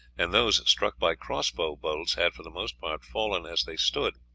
and those struck by cross-bow bolts had for the most part fallen as they stood.